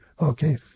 okay